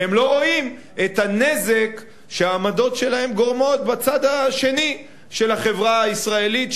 והם לא רואים את הנזק שהעמדות שלהם גורמות בצד השני של החברה הישראלית,